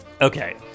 Okay